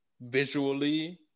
visually